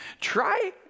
Try